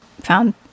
found